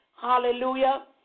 Hallelujah